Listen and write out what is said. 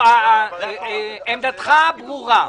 דרור, עמדתך ברורה.